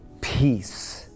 peace